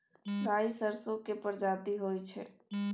राई सरसो केर परजाती होई छै